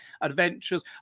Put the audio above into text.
adventures